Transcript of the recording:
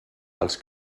dels